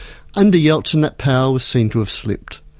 under yeltsin that power was seen to have slipped.